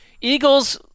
Eagles